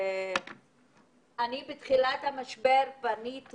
בתחילת המשבר, פניתי